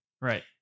right